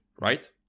right